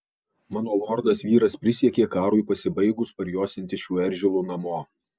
mano lordas vyras prisiekė karui pasibaigus parjosiantis šiuo eržilu namo